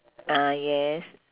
ah yes